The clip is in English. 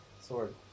sword